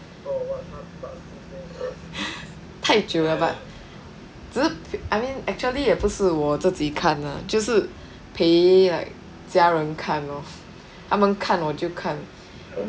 太久 liao but 只是 I mean actually 也不是我自己看 lah 就是陪 like 家人看 lor 他们看我就看